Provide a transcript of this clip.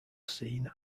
scene